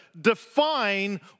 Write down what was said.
define